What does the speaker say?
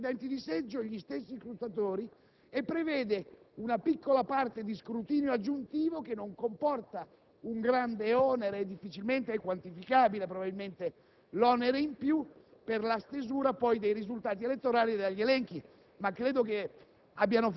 questa elezione avviene nelle stesse sezioni con gli stessi presidenti di seggio e gli stessi scrutatori e prevede una piccola parte di scrutinio aggiuntivo che non comporta un grande onere. Probabilmente è difficilmente quantificabile l'onere in più